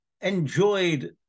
enjoyed